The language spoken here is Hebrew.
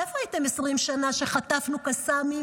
איפה הייתם 20 שנה כשחטפנו קסאמים